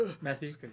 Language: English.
Matthew